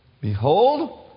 behold